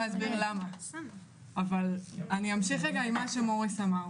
למה אתם רוצים לסגור את מפעל אנרג'י בשדרות?